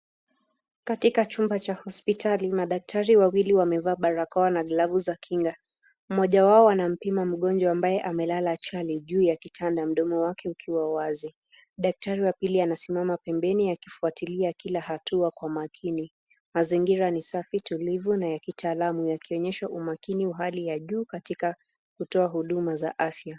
Katika chumba cha hospitali madaktari wawili wamevaa barakoa na glavu za kinga. Mmoja wao anampima mgonjwa ambaye amelala chali juu ya kitanda mdomo wake ukiwa wazi. Daktari wa pili anasimama pembeni akifuatilia kila hatua kwa makini. Mazingira ni safi, tulivu na ya kitaalamu yakionyesha umakini wa hali ya juu katika kutoa huduma za afya.